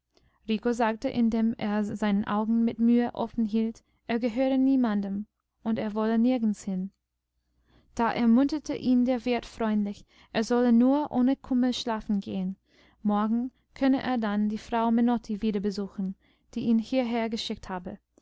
rico sagte indem er seine augen mit mühe offen hielt er gehöre niemandem und er wolle nirgendshin da ermunterte ihn der wirt freundlich er solle nur ohne kummer schlafen gehen morgen könne er dann die frau menotti wieder besuchen die ihn hierher geschickt habe